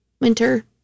winter